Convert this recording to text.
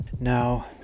Now